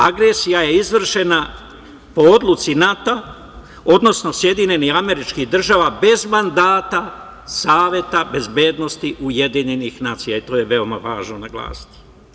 Agresija je izvršena po odluci NATO-a odnosno SAD bez mandata SB UN, jer to je veoma važno naglasiti.